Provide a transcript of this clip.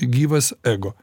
gyvas ego